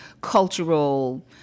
cultural